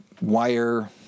wire